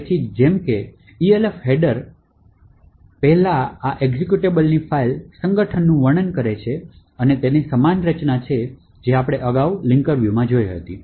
તેથી જેમ કે Elf હેડર પહેલાં આ એક્ઝેક્યુટેબલની ફાઇલ સંગઠનનું વર્ણન કરે છે અને તેની સમાન રચના છે જે આપણે અગાઉ લિંકર વ્યૂ માટે જોઇ હતી